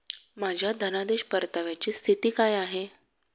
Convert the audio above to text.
माझ्या धनादेश परताव्याची स्थिती काय आहे?